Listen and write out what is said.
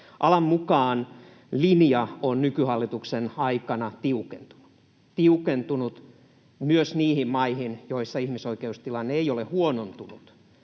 Alan mukaan linja on nykyhallituksen aikana tiukentunut, tiukentunut myös niihin maihin, joissa ihmisoikeustilanne ei ole huonontunut.